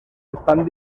estan